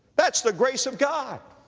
that's the grace of god,